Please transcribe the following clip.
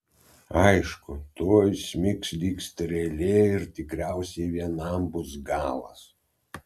aišku tuoj smigs lyg strėlė ir tikriausiai vienam bus galas